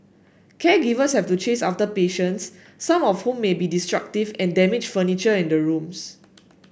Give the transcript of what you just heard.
caregivers have to chase after patients some of whom may also be destructive and damage furniture in the rooms